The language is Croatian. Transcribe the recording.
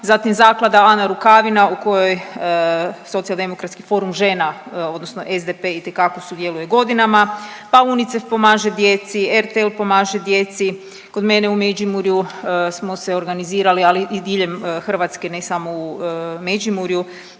zatim Zaklada Ana Rukavina u kojoj Socijaldemokratski forum žena odnosno SDP itekako sudjeluje godinama, pa UNICEF pomaže djeci, RTL pomaže djeci, kod mene u Međimurju smo se organizirali, ali i diljem Hrvatske ne samo u Međimurju